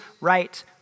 right